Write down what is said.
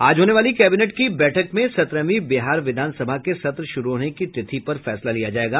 आज होने वाली कैबिनेट की बैठक में सत्रहवीं बिहार विधानसभा के सत्र शुरू होने की तिथि पर फैसला लिया जायेगा